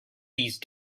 these